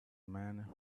man